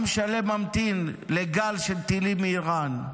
עם שלם ממתין לגל של טילים מאיראן,